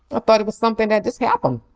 thought it was something that just happened.